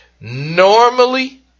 Normally